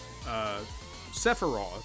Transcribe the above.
Sephiroth